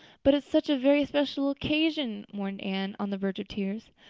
but it's such a very special occasion, mourned anne, on the verge of tears.